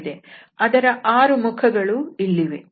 ಅದರ 6 ಮುಖಗಳು ಇಲ್ಲಿವೆ